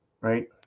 right